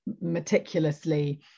meticulously